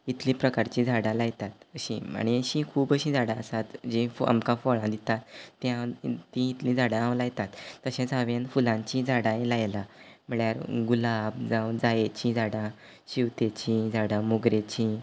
इतलीं प्रकारचीं झाडां लायतात अशीं आनी अशीं खूब अशीं झाडां आसात जीं फ आमकां फळां दितात तीं हांव तीं इतलीं झाडां हांव लायतात तशेंच हांवेन फुलांचीं झाडांय लायला म्हळ्ळ्यार गुलाब जावं जायेचीं झाडां शेवतेचीं झाडां मोगरेचीं